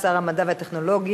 שר המדע והטכנולוגיה,